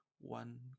one